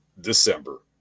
December